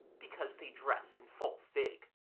because they dress in full fig.